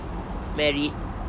married